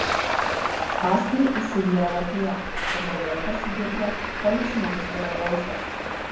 paskui įsivyravo tyla tada vėl pasigirdo policmeisterio balsas